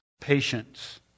patience